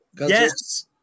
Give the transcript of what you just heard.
Yes